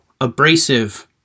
abrasive